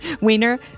Wiener